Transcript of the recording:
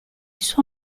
suo